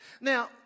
Now